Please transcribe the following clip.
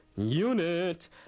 Unit